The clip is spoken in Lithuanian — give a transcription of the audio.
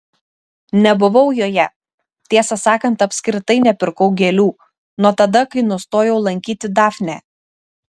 nebuvau joje tiesą sakant apskritai nepirkau gėlių nuo tada kai nustojau lankyti dafnę